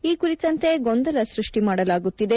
ಈ ಕುರಿತಂತೆ ಗೊಂದಲ ಸೃಷ್ಟಿ ಮಾಡಲಾಗುತ್ತಿದೆ